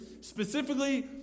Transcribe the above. specifically